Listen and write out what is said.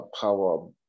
power